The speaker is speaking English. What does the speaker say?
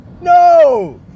no